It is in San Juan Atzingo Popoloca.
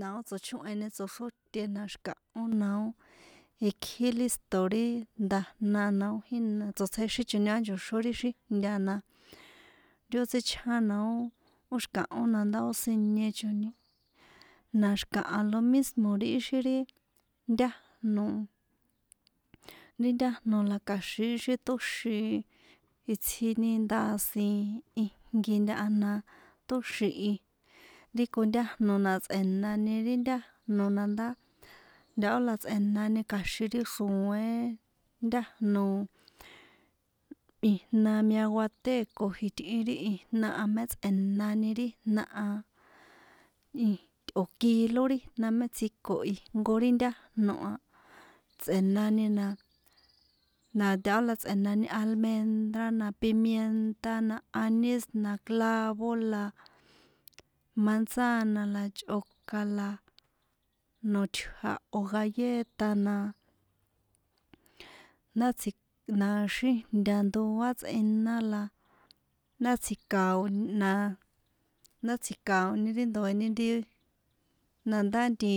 nao ó tsochóheni tsoxróte na ó xi̱kahó na ó ikji lísto̱ ri nda̱jna na ó jína tsotsjexichoni á ncho̱xón ri xíjnta na ti ó tsíchjana na ó ó xi̱kahó na ndá siniechoni na xi̱kaha lo nismo̱ ixi ri ntájno ri ntájno la kja̱xin sítóxin istjini ndasin ijnki natahana tóxin ri kontájno na tsꞌe̱nani ri ntájno na ndá nathó na tsꞌe̱nani kja̱xin ri xro̱én ntájno ijna miateco jitꞌin ri ijna a mé tsꞌe̱nani ri ijna a tꞌo̱ kilo ri ijna a mé tsjiko ri ntájno a ntaho tsꞌe̱nani almedra na pimientana aníz na clavo la manzana la chꞌokan la noṭja̱ o̱ galleta na ndá tsji̱ na xíjnta ndoa tsꞌina la ndá tsji̱kao̱ni ndá tsji̱kao̱ni ri ndoe̱ni ri na ndá nti.